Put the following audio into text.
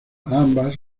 ambas